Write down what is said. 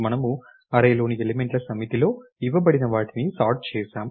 మనము అర్రేలోని ఎలిమెంట్ల సమితిలో ఇవ్వబడిన వాటిని సార్ట్ చేసాం